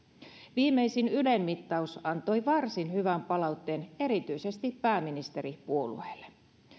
viimeisin ylen mittaus antoi varsin hyvän palautteen erityisesti pääministeripuolueelle